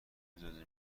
اجازه